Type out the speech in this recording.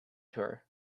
tour